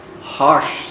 harsh